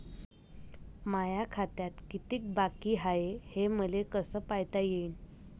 माया खात्यात कितीक बाकी हाय, हे मले कस पायता येईन?